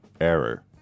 error